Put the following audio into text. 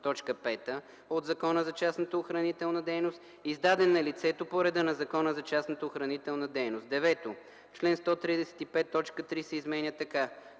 от Закона за частната охранителна дейност, издаден на лицето по реда на Закона за частната охранителна дейност;”. 9. В чл. 135 т. 3 се изменя така: